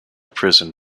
prison